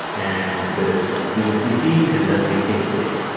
and whether it has previously seen and does replacing it.